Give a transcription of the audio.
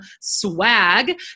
swag